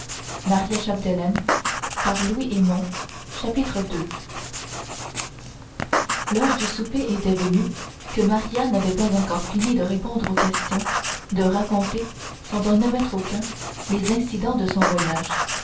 chapitre ii l'heure du souper était venue que maria n'avait pas encore fini de répondre aux questions de raconter sans en omettre aucun les incidents de son voyage